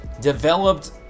developed